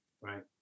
Right